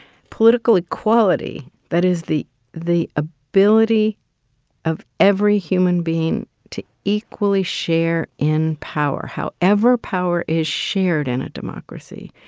political equality, that is, the the ah ability of every human being to equally share in power, however power is shared in a democracy,